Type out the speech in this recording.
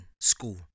School